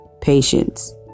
patience